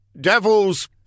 Devil's